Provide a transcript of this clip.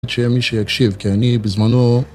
שיהיה מי שיקשיב כי אני בזמנו